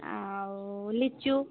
ଆଉ ଲିଚୁ